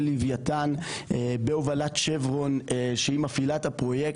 לווייתן בהובלת שברון שהיא מפעילה את הפרויקט,